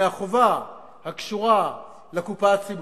תפטרו אותו מהחובה הקשורה לקופה הציבורית,